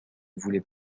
voulait